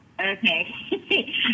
okay